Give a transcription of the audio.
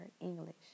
English